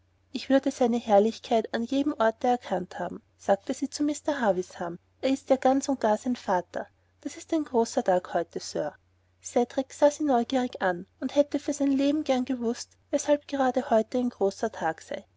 ich würde seine herrlichkeit an jedem orte erkannt haben sagte sie zu mr havisham er ist ja ganz und gar sein vater das ist ein großer tag heute sir cedrik sah sie neugierig an und hätte für sein leben gern gewußt weshalb gerade heute ein großer tag sei